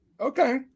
okay